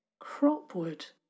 Cropwood